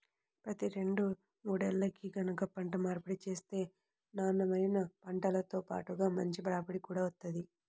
ప్రతి రెండు మూడేల్లకి గనక పంట మార్పిడి చేత్తే నాన్నెమైన పంటతో బాటుగా మంచి రాబడి గూడా వత్తది